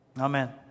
amen